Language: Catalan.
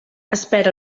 espera